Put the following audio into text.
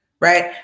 right